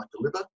deliver